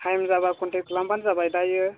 time जाबा contact खालामबानो जाबाय दायो